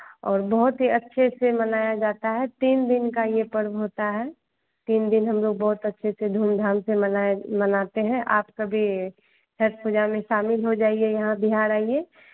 और बहुत ही अच्छे से मनाया जाता है तीन दिन का ये पर्व होता है तीन दिन हमलोग बहुत अच्छे से धूम धाम से मनाए मानते हैं आप सभी छठ पूजा में शामिल हो जाइए यहाँ बिहार आइए